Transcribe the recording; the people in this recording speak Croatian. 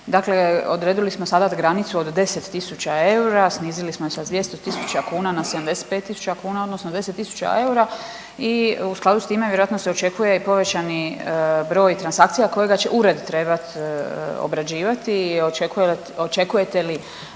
Dakle, odredili smo sada granicu od 10.000 eura, snizili smo je na 200.000 kuna na 75.000 kuna odnosno 10.000 eura i u skladu s time vjerojatno se očekuje i povećani broj transakcija kojega će ured trebati obrađivati i očekujete li